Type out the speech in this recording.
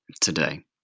today